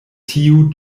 tiu